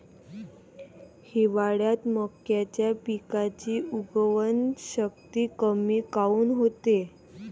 हिवाळ्यात मक्याच्या पिकाची उगवन शक्ती कमी काऊन होते?